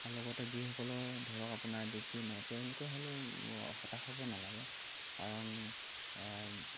আৰু লগতে যিসকলৰ ধৰক আপোনাৰ ডিগ্ৰী নাই তেওঁলোকে হ'লেও হতাশ নালাগে কাৰণ